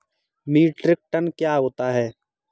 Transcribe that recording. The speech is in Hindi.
मीट्रिक टन क्या होता है?